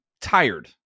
tired